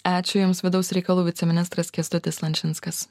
ačiū jums vidaus reikalų viceministras kęstutis lančinskas